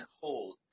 hold